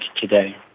today